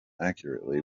accurately